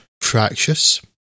fractious